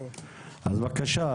אז בבקשה,